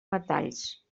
metalls